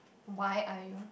why are you